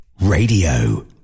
Radio